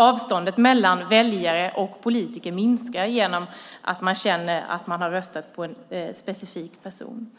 Avståndet mellan väljare och politiker minskar genom att man känner att man har röstat på en specifik person.